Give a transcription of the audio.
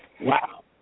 Wow